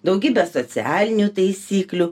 daugybę socialinių taisyklių